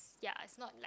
ya it's not like